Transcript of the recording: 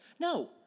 No